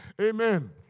Amen